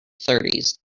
thirties